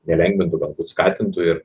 ne lengvintų galbūt skatintų ir